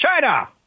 China